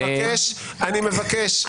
אני לא מצליח להבין.